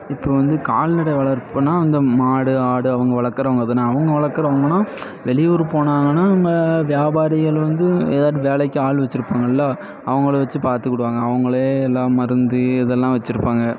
இப்போ வந்து கால்நடை வளர்ப்புனா அந்த மாடு ஆடு அவங்க வளர்க்கறவங்க தானே அவங்க வளர்க்குறவங்கனா வெளியூர் போனாங்கன்னா நம்ம வியாபாரிகள் வந்து எதாட்டு வேலைக்கு ஆள் வச்சிருப்பாங்கல்ல அவங்கள வச்சு பார்த்துக்கிடுவாங்க அவங்களே எல்லாம் மருந்து இதெல்லாம் வச்சிருப்பாங்க